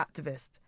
activist